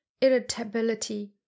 irritability